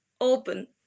open